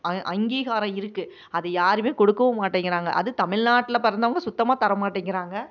அ அங்கீகாரம் இருக்குது அது யாருமே கொடுக்கவும் மாட்டேங்கிறாங்க அது தமில் நாட்டில் பிறந்தவங்க சுத்தமாக தர மாட்டேங்கிறாங்க